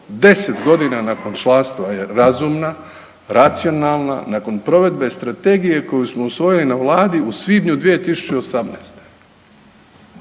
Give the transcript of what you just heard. deset godina nakon članstva je razumna, racionalna nakon provedbe strategije koju smo usvojili na Vladi u svibnju 2018.